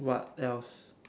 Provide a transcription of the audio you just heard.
what else